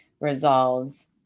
resolves